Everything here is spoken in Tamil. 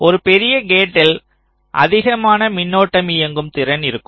ஒரு பெரிய கேட்டில் அதிகமான மின்னோட்டம் இயக்கும் திறன் இருக்கும்